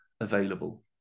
available